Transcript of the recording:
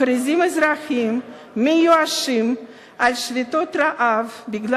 מכריזים אזרחים מיואשים על שביתות רעב מפני